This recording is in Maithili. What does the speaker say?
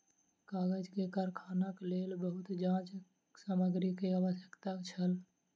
कागज के कारखानाक लेल बहुत काँच सामग्री के आवश्यकता छल